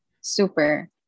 Super